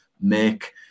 make